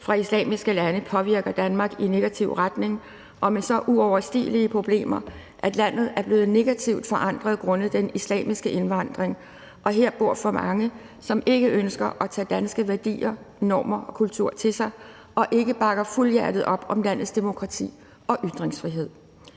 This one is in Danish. fra islamiske lande påvirker Danmark i negativ retning og med så uoverstigelige problemer, at landet er blevet negativt forandret grundet den islamiske indvandring, og her bor for mange, som ikke ønsker at tage danske værdier, normer og kultur til sig, og ikke bakker fuldhjertet op om landets demokrati og ytringsfrihed.